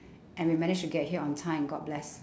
and we managed to get here on time god bless